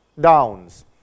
downs